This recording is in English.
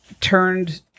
turned